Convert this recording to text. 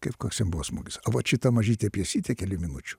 kaip koks jam buvo smūgis o vat šita mažytė pjesytė kelių minučių